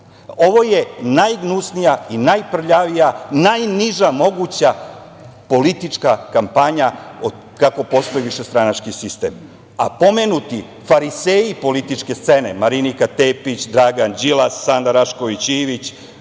Ovo je najgnusnija i najprljavija, najniža moguća politička kampanja otkad postoji višestranački sistem. Pomenuti fariseji političke scene Marinika Tepić, Dragan Đilas, Sanda Rašković Ivić,